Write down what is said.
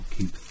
Keep